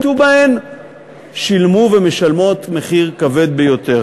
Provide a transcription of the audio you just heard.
אותם שילמו ומשלמות מחיר כבד ביותר.